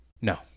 No